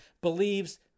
believes